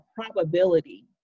probability